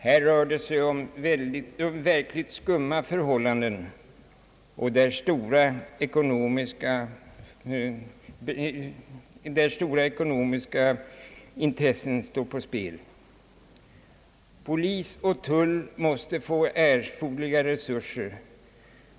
Här rör det sig om verkligt skumma förhållanden, där stora ekonomiska intressen står på spel: Polis och tull måste få erforderliga resurser.